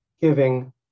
giving